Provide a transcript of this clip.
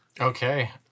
Okay